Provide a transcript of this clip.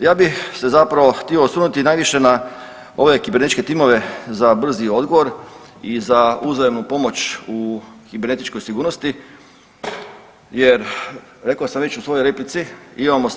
Ja bih se zapravo htio osvrnuti najviše na ove kibernetičke timove za brzi odgovor i za uzajamnu pomoć u kibernetičkoj sigurnosti, jer rekao sam već u svojoj replici imamo